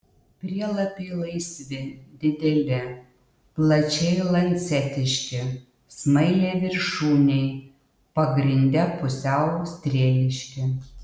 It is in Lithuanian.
prielapiai laisvi dideli plačiai lancetiški smailiaviršūniai pagrinde pusiau strėliški